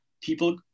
people